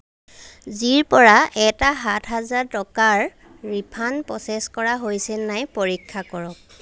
zero পৰা এটা সাত হাজাৰ টকাৰ ৰিফাণ্ড প্ৰ'চেছ কৰা হৈছে নাই পৰীক্ষা কৰক